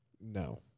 No